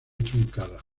truncada